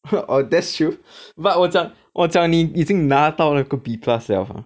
!huh! oh that's true but 我讲我讲你已经拿到那个 B plus 了 mah